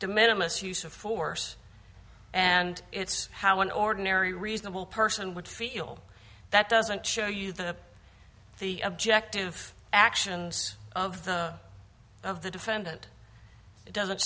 demand a misuse of force and it's how an ordinary reasonable person would feel that doesn't show you that the objective actions of the of the defendant does